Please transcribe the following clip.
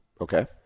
Okay